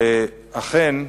אכן,